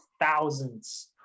thousands